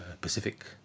Pacific